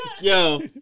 Yo